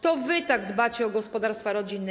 To wy tak dbacie o gospodarstwa rodzinne.